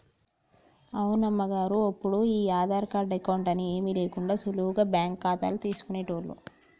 అవును అమ్మగారు ఒప్పుడు ఈ ఆధార్ కార్డు అకౌంట్ అని ఏమీ లేకుండా సులువుగా బ్యాంకు ఖాతాలు తీసుకునేటోళ్లు